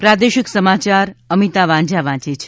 પ્રાદેશિક સમાચાર અમિતા વાંઝા વાંચે છે